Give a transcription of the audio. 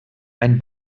ein